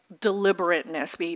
deliberateness